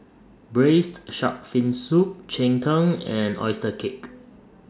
Braised Shark Fin Soup Cheng Tng and Oyster Cake